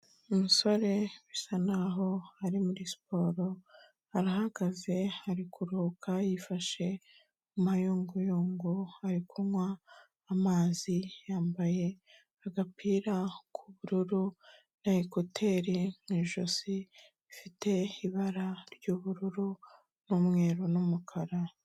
Umusore bisa naho ari muri siporo arahagaze ari kuruhuka yifashe mu mayunguyungu ari kunywa amazi, yambaye agapira k'ubururu n'ekuteri mu ijosi zifite ibara ry'ubururu n'umweru n'umukara.